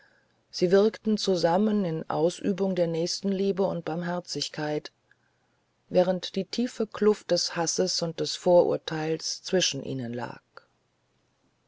sie wirkten zusammen in ausübung der nächstenpflicht und barmherzigkeit während die tiefe kluft des hasses und des vorurteils zwischen ihnen lag